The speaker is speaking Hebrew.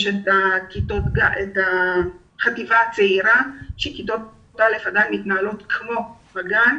יש חטיבה צעירה וכיתות א' עדיין מתנהלות כמו בגן.